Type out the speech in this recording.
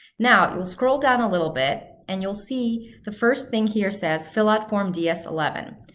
now, you'll scroll down a little bit and you'll see the first thing here says, fill out form ds eleven.